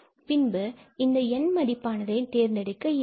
எனவே பின்பு இந்த N மதிப்பானதை தேர்ந்தெடுக்க இயலும்